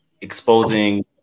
exposing